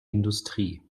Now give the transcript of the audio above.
industrie